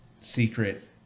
secret